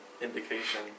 indication